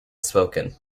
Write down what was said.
spoken